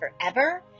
forever